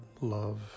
love